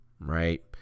right